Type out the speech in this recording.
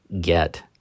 get